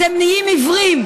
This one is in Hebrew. אתם נהיים עיוורים.